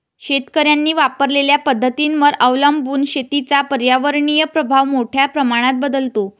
शेतकऱ्यांनी वापरलेल्या पद्धतींवर अवलंबून शेतीचा पर्यावरणीय प्रभाव मोठ्या प्रमाणात बदलतो